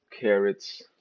carrots